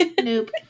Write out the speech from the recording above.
nope